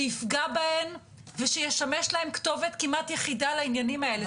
שיפגע בהן ושישמש להן כתובת כמעט יחידה לעניינים האלה.